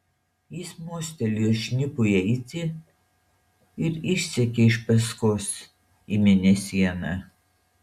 jis mostelėjo šnipui eiti ir išsekė iš paskos į mėnesieną